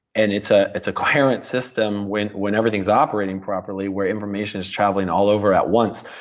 and it's ah it's a coherent system when when everything's operating properly, where information is traveling all over at once.